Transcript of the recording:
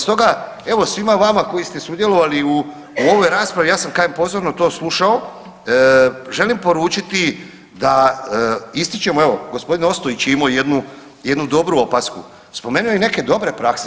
Stoga, evo svima vama koji ste sudjelovali u ovoj raspravi, sam kažem pozorno to slušao, želim poručiti da ističemo evo gospodin Ostojić je imao jednu, jednu dobru opasku, spomenu je i neke dobre prakse.